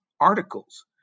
Articles